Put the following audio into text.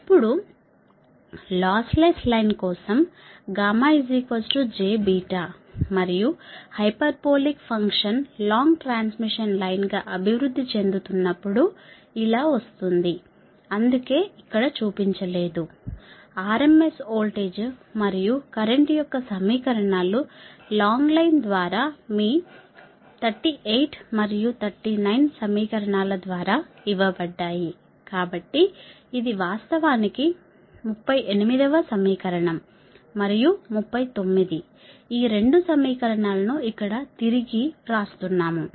ఇప్పుడు lossless line కోసం j మరియు hyperbolic function long transmission line గా అభివృద్ధి చెందుతున్నప్పుడు ఇలా వస్తుంది అందుకే ఇక్కడ చూపించలేదు rms వోల్టేజ్ మరియు కరెంట్ యొక్క సమీకరణాలు లాంగ్ లైన్ ద్వారా మీ 38 మరియు 39 సమీకరణం ద్వారా ఇవ్వబడ్డాయి కాబట్టి ఇది వాస్తవానికి 38 వ సమీకరణం మరియు 39 ఈ 2 సమీకరణాల ను ఇక్కడ తిరిగి వ్రాస్తున్నాము